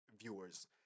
viewers